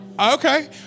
okay